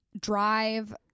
drive